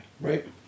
Right